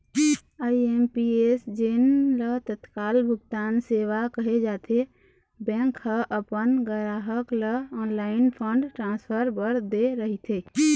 IMPS जेन ल तत्काल भुगतान सेवा कहे जाथे, बैंक ह अपन गराहक ल ऑनलाईन फंड ट्रांसफर बर दे रहिथे